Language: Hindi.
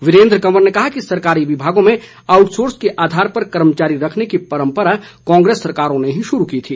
वीरेन्द्र कंवर ने कहा कि सरकारी विभागों में आउटसोर्स के आधार पर कर्मचारी रखने की परंपरा कांग्रेस सरकारों ने ही शुरू की थी